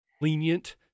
lenient